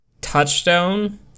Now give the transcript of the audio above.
touchstone